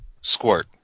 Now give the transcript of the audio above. squirt